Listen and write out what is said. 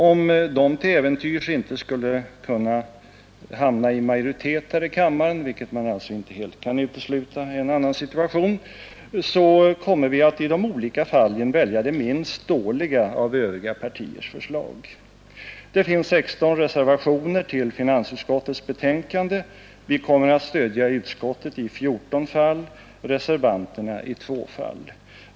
Om de till äventyrs inte skulle kunna vinna majoritet här i kammaren — en utgång som man inte helt kan utesluta — kommer vi att i 111 de olika fallen välja det minst dåliga av övriga partiers förslag. Det finns 16 reservationer till finansutskottets betänkande. Vi kommer att stödja utskottet i fjorton fall och reservanterna i två fall.